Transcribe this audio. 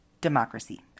democracy